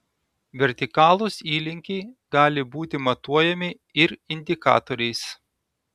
vertikalūs įlinkiai gali būti matuojami ir indikatoriais